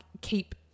keep